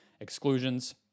Exclusions